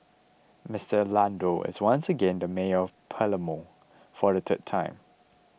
Mister Orlando is once again the mayor of Palermo for the third time